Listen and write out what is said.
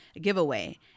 giveaway